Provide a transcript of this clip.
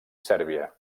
sèrbia